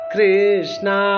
Krishna